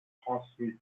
transmis